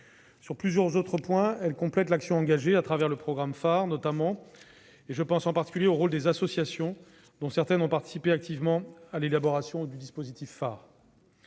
Sur plusieurs autres points, elle complète l'action engagée à travers le programme pHARe notamment. Je pense en particulier au rôle des associations, dont certaines ont participé activement à l'élaboration de ce dispositif.